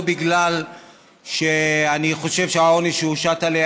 לא בגלל שאני חושב שהעונש שהושת עליה